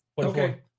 Okay